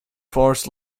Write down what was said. forest